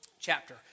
chapter